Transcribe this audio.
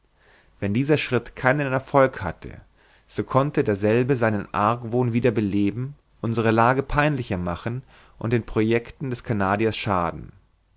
wenn dieser schritt keinen erfolg hatte so konnte derselbe seinen argwohn wieder beleben unsere lage peinlicher machen und den projecten des canadiers schaden